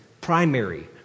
primary